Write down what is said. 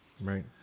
right